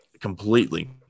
completely